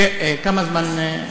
כמה זמן?